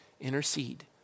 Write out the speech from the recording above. Intercede